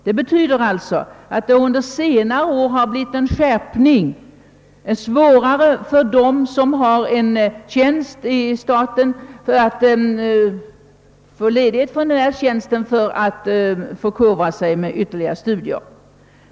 Det betyder alltså att det under senare år blivit en skärpning i fråga om möjligheterna att få ledighet för att förkovra sig genom ytterligare studier.